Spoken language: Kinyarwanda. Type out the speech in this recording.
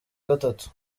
gatatu